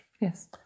Yes